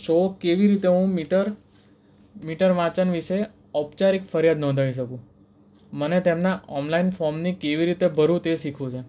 શું કેવી રીતે હું મીટર મીટરવાંચન વિષે ઔપચારીક ફરિયાદ નોંધાવી શકું મને તેમના ઓનલાઈન ફોર્મની કેવી રીતે ભરું તે શીખવું છે